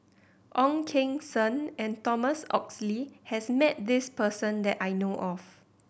Ong Keng Sen and Thomas Oxley has met this person that I know of